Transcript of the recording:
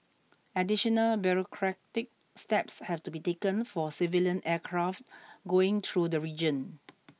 additional bureaucratic steps have to be taken for civilian aircraft going through the region